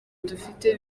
dufite